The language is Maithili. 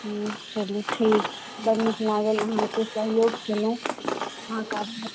ह्म्म चलू ठीक छै बड़ नीक लागल अहाँ एतेक सहयोग केलहुँ अहाँकेँ आभार